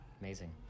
Amazing